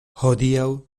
hodiaŭ